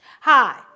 Hi